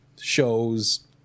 shows